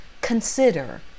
consider